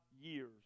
years